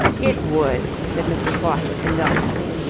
it would, said mr. faucitt indulgently.